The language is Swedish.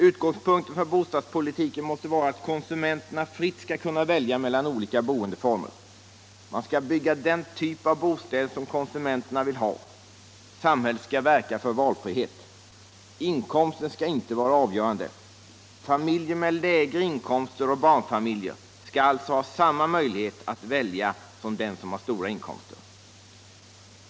Utgångspunkten för bostadspolitiken måste vara att konsumenterna fritt skall kunna välja mellan olika boendeformer. Man skall bygga den typ av bostäder som konsumenterna vill ha. Samhället skall verka för valfrihet. Inkomsten skall inte vara avgörande. Familjer med lägre inkomster och barnfamiljer skall alltså ha samma möjligheter att välja som den som har stora inkomster.